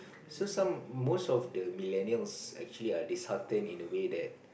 so some most of the millennials actually are disheartened in a way that